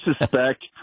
suspect